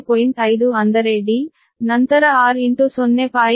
5 ಅಂದರೆ d ನಂತರ r into 0